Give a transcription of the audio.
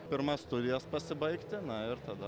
pirma studijas pasibaigti na ir tada